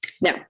Now